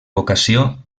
vocació